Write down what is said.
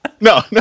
no